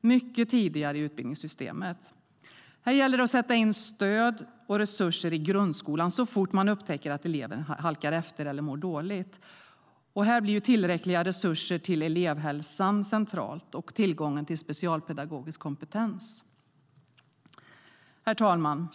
mycket tidigare inom utbildningssystemet. Här gäller det att sätta in stöd och resurser i grundskolan så fort man upptäcker att eleven halkar efter eller mår dåligt. Här blir tillräckliga resurser till elevhälsan centralt och tillgång till specialpedagogisk kompetens. Herr talman!